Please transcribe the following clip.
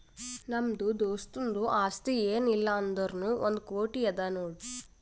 ನಮ್ದು ದೋಸ್ತುಂದು ಆಸ್ತಿ ಏನ್ ಇಲ್ಲ ಅಂದುರ್ನೂ ಒಂದ್ ಕೋಟಿ ಅದಾ ನೋಡ್